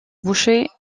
bouchet